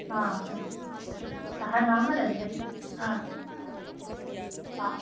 हा सः नाम रञ्जनी हा हा